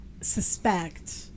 suspect